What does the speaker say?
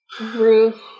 Ruth